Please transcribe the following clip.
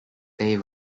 they